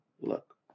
look